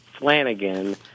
Flanagan